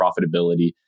profitability